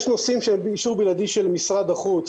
יש נושאים שהם באישור בלעדי של משרד החוץ,